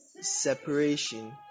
separation